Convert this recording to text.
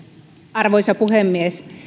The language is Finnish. arvoisa puhemies